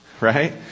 Right